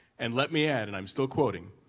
and let me add, and i'm still quoting,